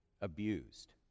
abused